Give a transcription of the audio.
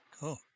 Cool